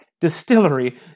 Distillery